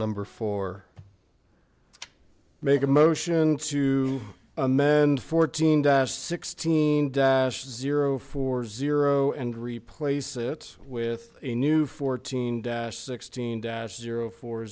number four make a motion to amend fourteen dash sixteen dash zero four zero and replace it with a new fourteen dash sixteen dash zero four